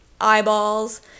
eyeballs